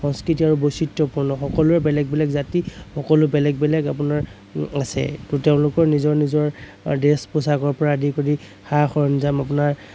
সংস্কৃতি আৰু বৈশিষ্ট্য়পূৰ্ণ সকলোৱে বেলেগ বেলেগ জাতি সকলোৱে বেলেগ বেলেগ আপোনাৰ আছে ত' তেওঁলোকৰ নিজৰ নিজৰ ড্ৰেচ পোছাকৰ পৰা আদি কৰি সা সৰঞ্জাম আপোনাৰ